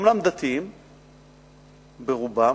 אומנם דתיים ברובם,